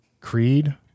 creed